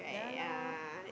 yeah lor